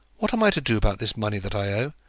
what am i to do about this money that i owe?